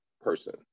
person